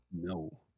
no